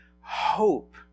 hope